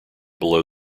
below